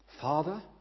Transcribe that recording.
Father